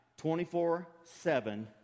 24-7